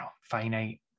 finite